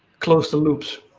close the loops,